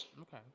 Okay